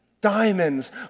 diamonds